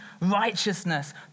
righteousness